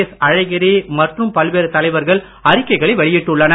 S Alagiri மற்றும் பல்வேறு தலைவர்கள் அறிக்கைகளை வெளியிட்டுள்ளனர்